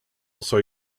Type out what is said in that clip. also